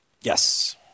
Yes